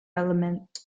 element